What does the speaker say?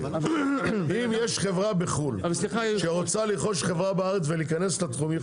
אם יש חברה בחו"ל שרוצה לרכוש חברה בארץ ולהיכנס לתחום,